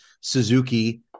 Suzuki